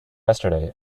yesterday